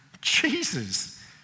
Jesus